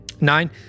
Nine